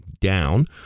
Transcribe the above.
down